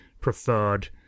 preferred